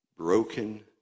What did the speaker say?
broken